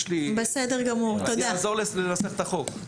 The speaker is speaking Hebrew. אני אעזור לנסח את החוק.